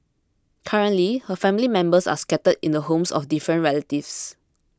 currently her family members are scattered in the homes of different relatives